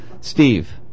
Steve